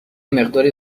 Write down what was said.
مقداری